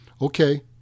Okay